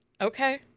okay